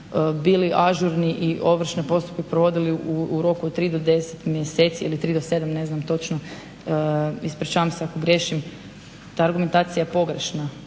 bili ažurni i ovršne postupke provodili u roku od 3 do 10 mjeseci, ili 3 do 7, ne znam točno, ispričavam se ako griješim, ta argumentacija je pogrešna.